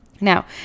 Now